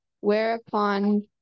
whereupon